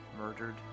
murdered